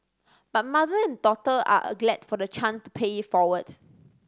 but mother and daughter are glad for the chance to pay it forward